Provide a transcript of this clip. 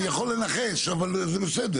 אני יכול לנחש זה בסדר.